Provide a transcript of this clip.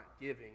giving